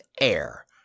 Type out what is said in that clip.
air